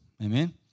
Amen